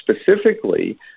specifically